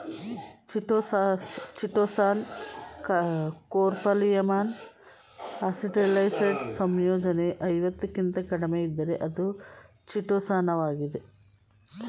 chitosan ಕೋಪೋಲಿಮರ್ನ ಅಸಿಟೈಲೈಸ್ಡ್ ಸಂಯೋಜನೆ ಐವತ್ತಕ್ಕಿಂತ ಕಡಿಮೆಯಿದ್ದರೆ ಅದು ಚಿಟೋಸಾನಾಗಿದೆ